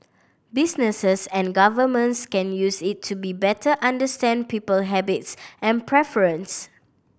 businesses and governments can use it to better understand people habits and preference